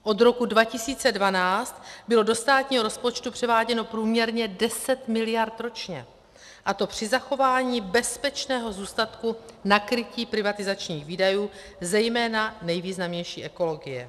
Od roku 2012 bylo do státního rozpočtu převáděno průměrně 10 mld. ročně, a to při zachování bezpečného zůstatku na krytí privatizačních výdajů, zejména nejvýznamnější ekologie.